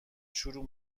شروع